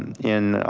in